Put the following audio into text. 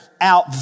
out